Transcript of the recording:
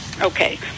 Okay